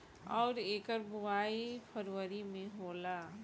अउर एकर बोवाई फरबरी मे होला